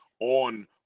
on